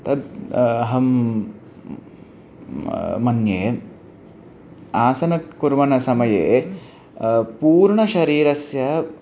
तद् अहं मन्ये आसनं कुर्वन् समये पूर्णशरीरस्य